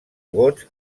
gots